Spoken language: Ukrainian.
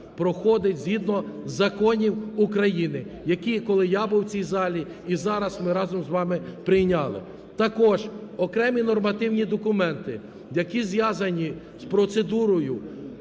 проходить згідно законів України, які, коли я був в цій залі і зараз ми разом з вами прийняли. Також окремі нормативні документи, які зв'язані з процедурою